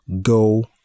go